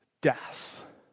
death